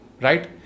right